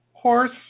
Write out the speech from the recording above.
Horse